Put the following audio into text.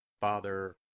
Father